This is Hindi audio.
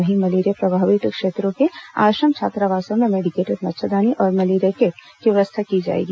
वहीं मलेरिया प्रभावित क्षेत्रों के आश्रम छात्रावासों में मेडीकेटेड मच्छरदानी और मलेरिया किट की व्यवस्था की जाएगी